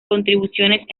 contribuciones